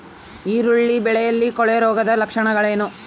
ಈರುಳ್ಳಿ ಬೆಳೆಯಲ್ಲಿ ಕೊಳೆರೋಗದ ಲಕ್ಷಣಗಳೇನು?